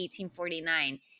1849